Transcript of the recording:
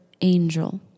angel